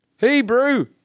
Hebrew